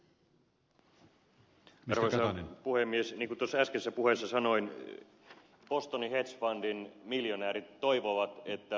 niin kuin tuossa äskeisessä puheessani sanoin bostonin hedge fundin miljonäärit toivovat että ed